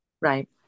Right